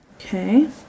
Okay